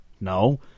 No